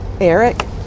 Eric